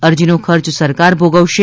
અરજીનો ખર્ચ સરકાર ભોગવશે